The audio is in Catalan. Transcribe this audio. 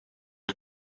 als